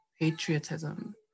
patriotism